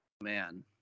man